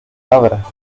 abra